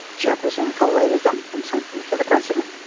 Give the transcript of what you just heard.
jefferson collated them and sent them to the president